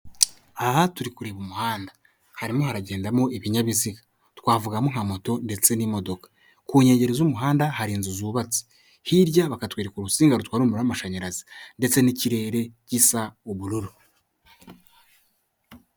Aha turi kureba umuhanda harimo haragendamo ibinyabiziga twavugamo nka moto ndetse n'imodoka, ku nkengero z'umuhanda hari inzu zubatse, hirya bakatwereka urusinga rutwara umuriro w'amashanyarazi ndetse n'ikirere gisa ubururu.